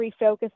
refocus